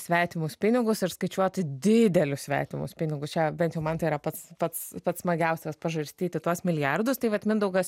svetimus pinigus ir skaičiuoti didelius svetimus pinigus čia bent jau man tai yra pats pats pats smagiausias pažarstyti tuos milijardus tai vat mindaugas